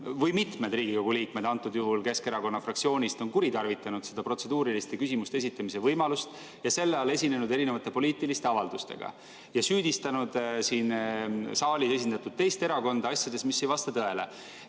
või mitmed Riigikogu liikmed, antud juhul Keskerakonna fraktsioonist, on kuritarvitanud protseduuriliste küsimuste esitamise võimalust, esinenud selle all erinevate poliitiliste avaldustega ja süüdistanud siin saalis esindatud teist erakonda asjades, mis ei vasta tõele,